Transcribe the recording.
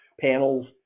panels